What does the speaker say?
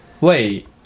Wait